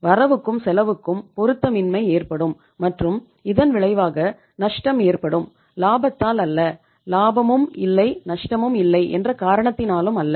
வரவுக்கும் செலவுக்கும் பொருத்தமின்மை ஏற்படும் மற்றும் இதன் விளைவாக நஷ்டம் ஏற்படும் லாபத்தால் அல்ல லாபமும் இல்லை நஷ்டமும் இல்லை என்ற காரணத்தினாலும் அல்ல